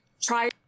try